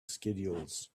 schedules